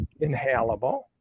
inhalable